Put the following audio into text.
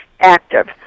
active